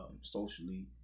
socially